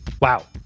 Wow